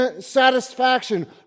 satisfaction